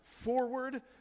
forward